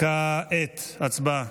כעת הצבעה.